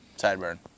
Sideburn